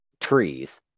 Trees